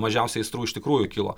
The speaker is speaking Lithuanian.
mažiausiai aistrų iš tikrųjų kilo